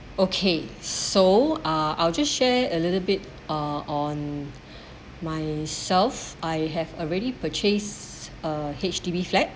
okay so uh I'll just share a little bit uh on myself I have already purchase a H_D_B flat